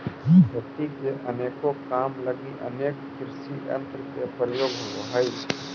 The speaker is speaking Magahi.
खेती के अनेको काम लगी अनेक कृषियंत्र के प्रयोग होवऽ हई